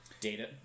data